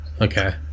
Okay